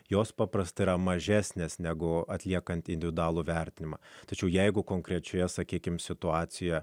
jos paprastai yra mažesnės negu atliekant individualų vertinimą tačiau jeigu konkrečioje sakykime situacijoje